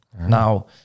Now